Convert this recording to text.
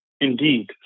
Indeed